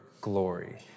glory